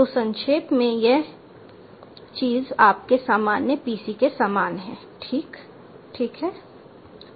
तो संक्षेप में यह चीज आपके सामान्य पीसी के समान है ठीक है